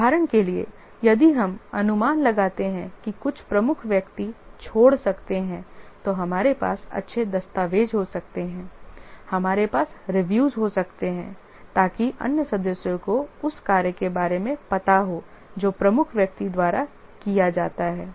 उदाहरण के लिए यदि हम अनुमान लगाते हैं कि कुछ प्रमुख व्यक्ति छोड़ सकते हैं तो हमारे पास अच्छे दस्तावेज हो सकते हैं हमारे पास रिव्यू हो सकती है ताकि अन्य सदस्यों को उस कार्य के बारे में पता हो जो प्रमुख व्यक्ति द्वारा किया जाता है